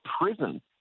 prison